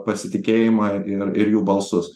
pasitikėjimą ir ir jų balsus